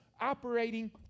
operating